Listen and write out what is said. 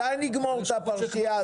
מתי נגמור את הפרשייה הזאת?